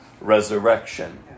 resurrection